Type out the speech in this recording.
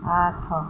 ଆଠ